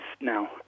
now